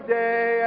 day